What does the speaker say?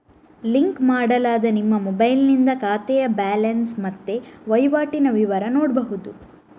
link ಮಾಡಲಾದ ನಿಮ್ಮ ಮೊಬೈಲಿನಿಂದ ಖಾತೆಯ ಬ್ಯಾಲೆನ್ಸ್ ಮತ್ತೆ ವೈವಾಟಿನ ವಿವರ ನೋಡ್ಬಹುದು